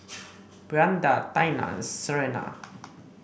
Brianda Taina Serena